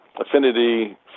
affinity